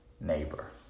neighbor